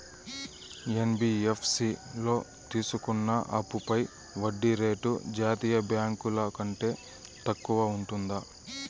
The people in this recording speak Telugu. యన్.బి.యఫ్.సి లో తీసుకున్న అప్పుపై వడ్డీ రేటు జాతీయ బ్యాంకు ల కంటే తక్కువ ఉంటుందా?